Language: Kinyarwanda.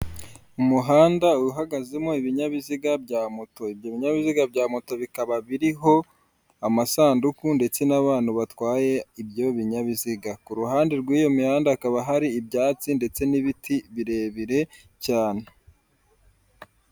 Umuhanda uhagazemo ibinyabiziga bya moto, ibyo binyabiziga bya moto bikaba biriho amasanduku ndetse n'abantu batwaye ibyo binyabiziga, ku ruhande rwiyo mihanda hakaba hari ibyatsi ndetse n'ibiti birebire cyane.